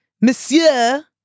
Monsieur